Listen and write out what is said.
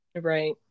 Right